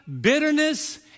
bitterness